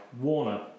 Warner